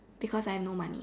because I have no money